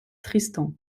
tristan